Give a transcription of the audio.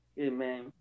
Amen